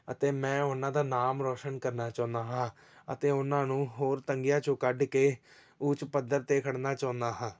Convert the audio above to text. ਅਤੇ ਮੈਂ ਉਹਨਾਂ ਦਾ ਨਾਮ ਰੋਸ਼ਨ ਕਰਨਾ ਚਾਹੁੰਦਾ ਹਾਂ ਅਤੇ ਉਹਨਾਂ ਨੂੰ ਹੋਰ ਤੰਗੀਆਂ 'ਚੋਂ ਕੱਢ ਕੇ ਊਚ ਪੱਧਰ 'ਤੇ ਖੜ੍ਹਨਾ ਚਾਹੁੰਦਾ ਹਾਂ